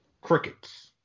crickets